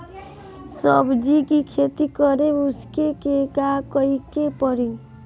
सब्जी की खेती करें उसके लिए का करिके पड़ी?